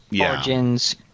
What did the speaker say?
origins